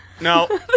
No